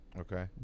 okay